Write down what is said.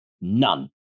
None